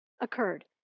occurred